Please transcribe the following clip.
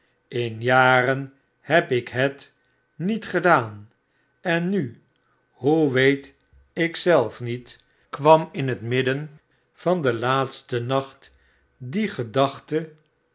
in jaren heb ik het niet gedaan ennu hoeweet ik zelf niet kwam in het midden van den laatsten nacht die gedachte